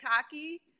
cocky